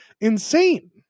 insane